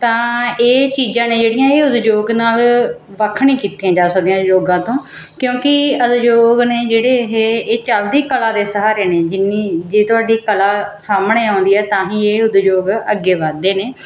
ਤਾਂ ਇਹ ਚੀਜ਼ਾਂ ਨੇ ਜਿਹੜੀਆਂ ਇਹ ਉਦਯੋਗ ਨਾਲ ਵੱਖ ਨਹੀਂ ਕੀਤੀਆਂ ਜਾ ਸਕਦੀਆਂ ਉਦਯੋਗਾ ਤੋਂ ਕਿਉਂਕਿ ਉਦਯੋਗ ਨੇ ਜਿਹੜੇ ਇਹ ਇਹ ਚਲਦੇ ਹੀ ਕਲਾ ਦੇ ਸਹਾਰੇ ਨੇ ਜਿੰਨੀ ਜੇ ਤੁਹਾਡੀ ਕਲਾ ਸਾਹਮਣੇ ਆਉਂਦੀ ਹੈ ਤਾਂ ਹੀ ਇਹ ਉਦਯੋਗ ਅੱਗੇ ਵੱਧਦੇ ਨੇ